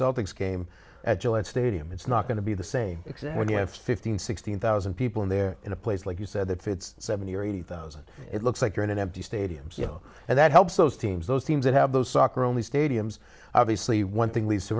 celtics game at gillette stadium it's not going to be the same except when you have fifteen sixteen thousand people in there in a place like you said that fits seventy or eighty thousand it looks like you're in an empty stadiums you know and that helps those teams those teams that have those soccer only stadiums obviously one thing leads to